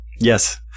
yes